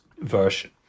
version